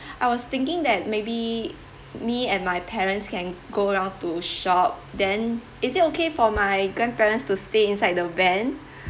I was thinking that maybe me and my parents can go around to shop then is it okay for my grandparents to stay inside the van